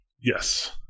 Yes